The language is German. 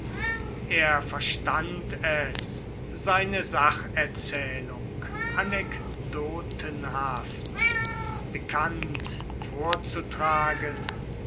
er verstand es seine sacherzählung anekdotenhaft pikant vorzutragen